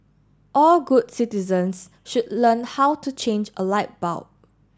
all good citizens should learn how to change a light bulb